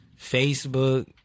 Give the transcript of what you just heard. Facebook